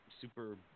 super